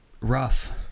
rough